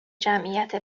جمعیت